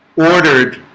ordered